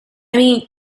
mean